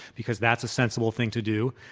because that's a sensible thing to do.